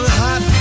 hot